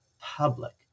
public